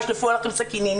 ישלפו עליכן סכינים,